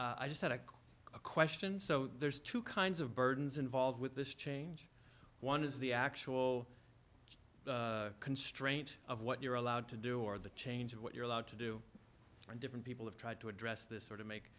i just had a question so there's two kinds of burdens involved with this change one is the actual constraint of what you're allowed to do or the change of what you're allowed to do different people have tried to address this sort of make